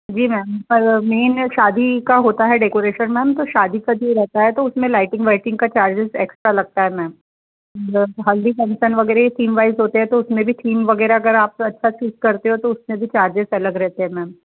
जी ma'am पर main शादी का होता है डेकोरेशन मैम तो शादी का जो रहता है उसमें लाइटिंग वाइटिंग का चार्ज एक्सट्रा लगता हैं मैम हल्दी फंक्शन वगैरह थीमवाइज होते हैं तो उसमें भी वगैरह आप करते हो तो उसके भी चार्ज अलग रहते हैं मैम